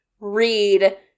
read